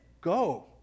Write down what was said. go